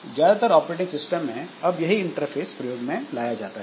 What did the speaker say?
ज्यादातर operating system में अब यही इंटरफेस प्रयोग में लाया जाता है